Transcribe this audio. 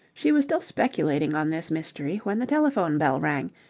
she was still speculating on this mystery when the telephone-bell rang,